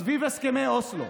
סביב הסכמי אוסלו